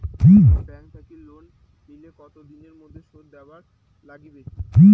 Bank থাকি loan নিলে কতো দিনের মধ্যে শোধ দিবার নাগিবে?